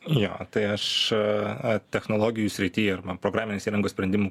jo tai aš a technologijų srity ir man programinės įrangos sprendimų